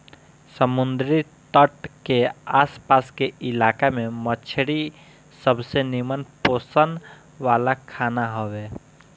समुंदरी तट के आस पास के इलाका में मछरी सबसे निमन पोषण वाला खाना हवे